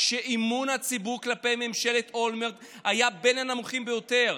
כשאמון הציבור כלפי ממשלת אולמרט היה בין הנמוכים ביותר.